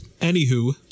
Anywho